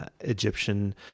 egyptian